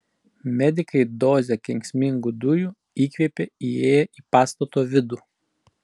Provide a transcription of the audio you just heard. medikai dozę kenksmingų dujų įkvėpė įėję į pastato vidų